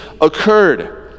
occurred